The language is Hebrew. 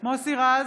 מוסי רז,